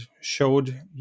showed